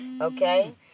okay